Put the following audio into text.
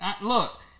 Look